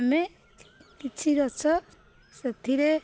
ଆମେ କିଛି ଗଛ ସେଥିରେ